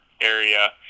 area